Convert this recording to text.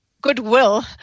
goodwill